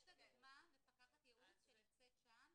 יש לדוגמא מפקחת יעוץ שנמצאת שם,